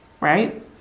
right